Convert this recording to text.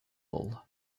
bull